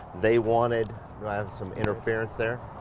they wanted. do i have some interference there?